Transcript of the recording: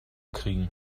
kriegen